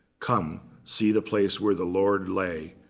come, see the place where the lord lay,